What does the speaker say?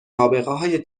نابغههای